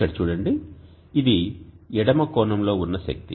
ఇక్కడ చూడండి ఇది ఎడమ కోణంలో ఉన్న శక్తి